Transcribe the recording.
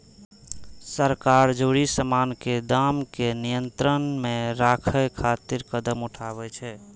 सरकार जरूरी सामान के दाम कें नियंत्रण मे राखै खातिर कदम उठाबै छै